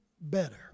better